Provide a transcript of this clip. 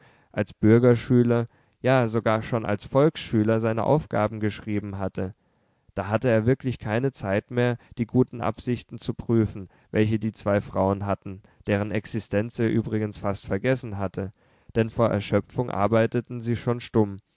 als bürgerschüler ja sogar schon als volksschüler seine aufgaben geschrieben hatte da hatte er wirklich keine zeit mehr die guten absichten zu prüfen welche die zwei frauen hatten deren existenz er übrigens fast vergessen hatte denn vor erschöpfung arbeiteten sie schon stumm